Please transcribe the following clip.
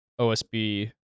OSB